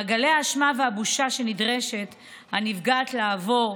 מעגלי האשמה והבושה שנדרשת הנפגעת לעבור,